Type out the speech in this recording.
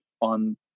on